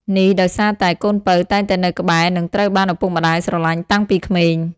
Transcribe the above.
នេះដោយសារតែ កូនពៅតែងតែនៅក្បែរ និងត្រូវបានឪពុកម្តាយស្រលាញ់តាំងពីក្មេង។